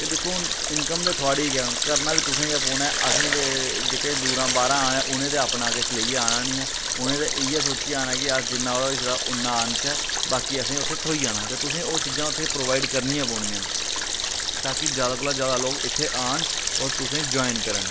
ते दिक्खो हून इनकम थुआढ़ी गै करना बी तुसेंगी गै पौना असेंगी ते जेह्के दूरां बाह्रा उनें ते अपना किश लेइयै आना नी ऐ उनें ते इ'यै सोचियै आना कि अस जिन्ना होई सकदा उन्नै आह्नचै बाकी असेंगी उत्थें थ्होई जाना ते तुसें ओह् चीज़ां उत्थें प्रोवाइड करनियां पौनियां न ताकि ज्यादा कोला ज्यादा लोक इत्थें आन होर तुसेंगी जाइन करन